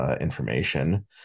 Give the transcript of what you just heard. information